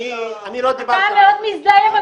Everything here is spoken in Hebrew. אני לא דיברתי עליך.